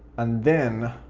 and then